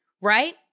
right